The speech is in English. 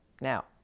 now